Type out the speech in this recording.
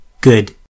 good